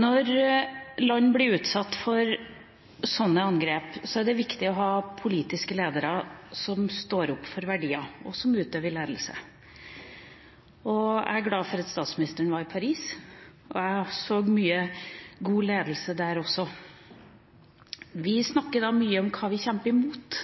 Når land blir utsatt for sånne angrep, er det viktig å ha politiske ledere som står opp for verdier, og som utøver ledelse. Jeg er glad for at statsministeren var i Paris, og jeg så mye god ledelse der også. Vi snakker mye om hva vi kjemper imot.